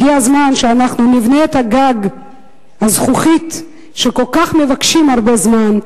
הגיע הזמן שאנחנו נבנה את גג הזכוכית שהם מבקשים כל כך הרבה זמן.